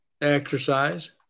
Exercise